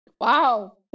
Wow